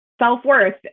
self-worth